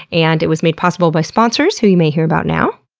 and it was made possible by sponsors who you may here about now.